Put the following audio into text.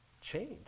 change